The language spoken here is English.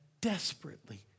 desperately